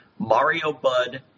mariobud